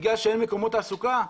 בגלל שאין מקומות תעסוקה?